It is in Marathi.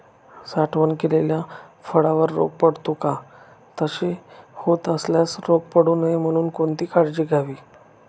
साठवण केलेल्या फळावर रोग पडतो का? तसे होत असल्यास रोग पडू नये म्हणून कोणती काळजी घ्यावी?